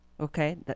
okay